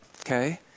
okay